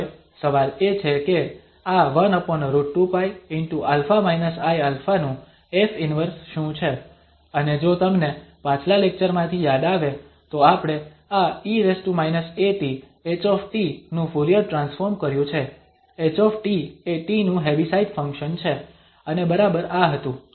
હવે સવાલ એ છે કે આ 1√2π ✕ α iα નું F 1 શું છે અને જો તમને પાછલા લેક્ચરમાંથી યાદ આવે તો આપણે આ e atH નું ફુરીયર ટ્રાન્સફોર્મ કર્યું છે H એ t નું હેવીસાઇડ ફંક્શન છે અને બરાબર આ હતું